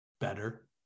better